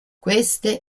queste